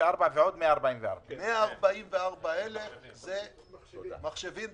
144,000 זה מחשבים.